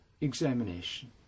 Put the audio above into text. examination